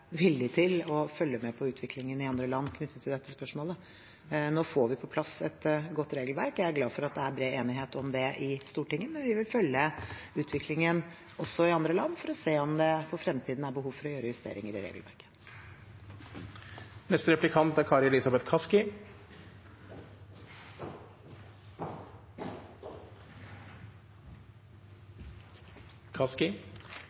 villig til å følge med på utviklingen i andre land knyttet til dette spørsmålet. Nå får vi på plass et godt regelverk, og jeg er glad for at det er bred enighet om det i Stortinget. Vi vil følge utviklingen i andre land, også for å se om det i fremtiden er behov for å gjøre justeringer i